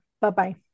Bye-bye